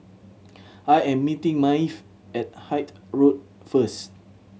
I am meeting Maeve at Hythe Road first